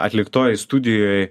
atliktoj studijoj